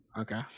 Okay